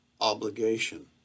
obligation